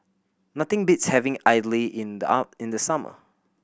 nothing beats having idly in the summer